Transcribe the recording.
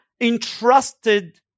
entrusted